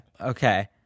okay